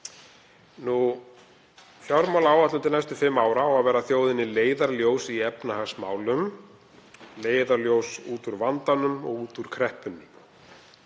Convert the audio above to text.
Fjármálaáætlun til næstu fimm ára á að vera þjóðinni leiðarljós í efnahagsmálum. Leiðarljós út úr vandanum, út úr kreppunni.